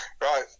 Right